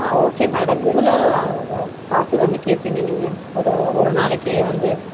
ஆ okay madam எவ்வளோ காசு வந்து கேட்பீங்க நீங்கள் ஒரு ஒரு நாளைக்கே வந்து